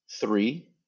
three